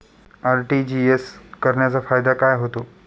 RTGS करण्याचा फायदा काय होतो?